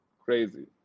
Crazy